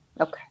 Okay